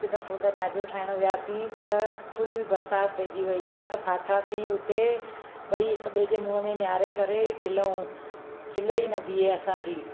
हिकु दफ़ो त ॾाजो ठाहिण वियासीं त फुल बरसाति पइजी वई अहिड़ा त फातासी हुते ॿई हिकु ॿे जे मुंहं में निहारे करे खिलऊं खिल ई न बिहे असांजी